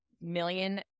million